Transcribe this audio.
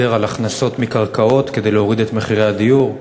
על הכנסות מקרקעות כדי להוריד את מחירי הדיור.